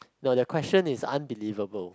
no the question is unbelievable